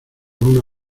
una